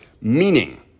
meaning